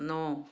नौ